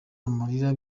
amarira